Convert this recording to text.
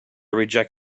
reject